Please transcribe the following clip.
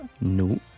No